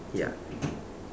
ya